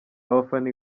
abafana